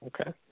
Okay